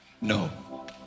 No